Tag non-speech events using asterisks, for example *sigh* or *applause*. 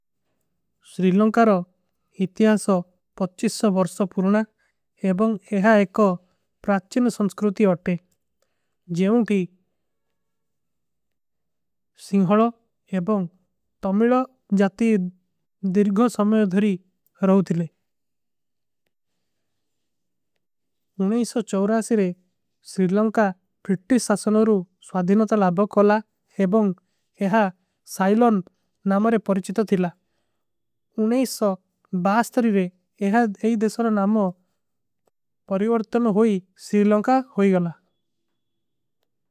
ସ୍ରିଲଂକାର ଇତ୍ଯାସ ପଚ୍ଚିସ ଵରସ ପୁରୁଣ ଏବଂଗ ଏହା ଏକ ପ୍ରାଚ୍ଚିନ। ସଂସ୍କୃତି ଅଟେ ଜେଵଂ କି *hesitation* ସିଂହଲୋ ଏବଂଗ ତମିଲୋ। ଜାତୀ ଦିର୍ଗୋ ସମଯୋ ଧରୀ ରହୂ ଥିଲେ ରେ ସ୍ରିଲଂକା ଫିର୍ଟୀ ସାସନୋରୂ। ସ୍ଵାଧିନତ ଲାବକ ଓଲା ଏବଂଗ ଏହା ସାଇଲୋନ ନାମରେ ପରିଛିତ। ଥିଲା ରେ ଏହା ଏକ ଦେଶର ନାମୋ ପରିଵର୍ତନ ହୋଈ ସ୍ରିଲଂକା ହୋଈ ଗଳା।